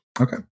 Okay